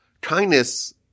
Kindness